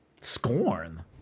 scorn